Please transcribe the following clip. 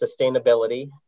sustainability